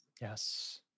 Yes